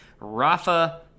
rafa